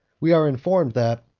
we are informed that,